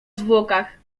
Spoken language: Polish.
zwłokach